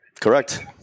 Correct